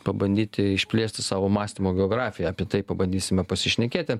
pabandyti išplėsti savo mąstymo geografiją apie tai pabandysime pasišnekėti